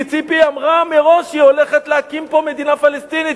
כי ציפי אמרה מראש שהיא הולכת להקים פה מדינה פלסטינית,